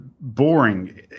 boring